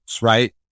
right